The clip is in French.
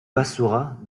bassorah